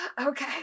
Okay